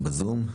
בזום?